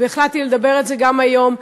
והחלטתי לדבר על זה גם היום,